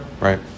Right